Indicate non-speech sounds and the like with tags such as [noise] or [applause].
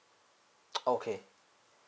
[noise] okay